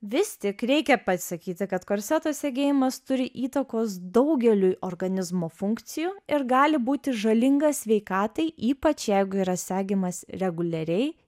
vis tik reikia pasakyti kad korseto segėjimas turi įtakos daugeliui organizmo funkcijų ir gali būti žalingas sveikatai ypač jeigu yra segimas reguliariai